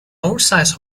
oversize